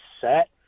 set